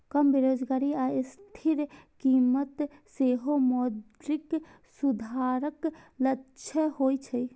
कम बेरोजगारी आ स्थिर कीमत सेहो मौद्रिक सुधारक लक्ष्य होइ छै